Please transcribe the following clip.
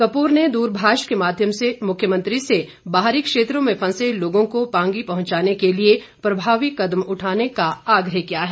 कपूर ने दूरभाष के माध्यम से मुख्यमंत्री से बाहरी क्षेत्रों में फंसे लोगों को पांगी पहुंचाने के लिए प्रभावी कदम उठाने का आग्रह किया है